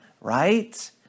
right